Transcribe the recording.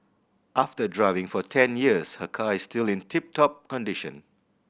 after driving for ten years her car is still in tip top condition